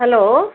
hello